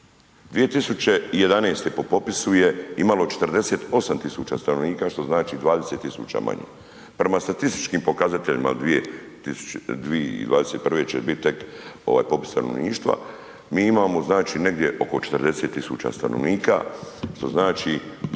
2011. po popisu je imalo 48.000 stanovnika što znači 20.000 manje. Prema statističkim pokazateljima od 2021. će bit tek ovaj popis stanovništva, mi imamo znači negdje oko 40.000 stanovnika što znači